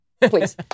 please